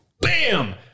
bam